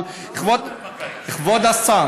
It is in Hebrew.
אבל, כבוד, הוא לא מחמם בקיץ.